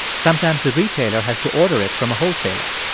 sometimes the retailer has to order it from a wholesaler.